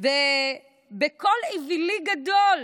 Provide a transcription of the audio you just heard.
בקול אווילי גדול.